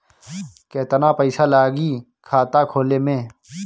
केतना पइसा लागी खाता खोले में?